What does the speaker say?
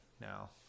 now